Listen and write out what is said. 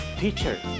teacher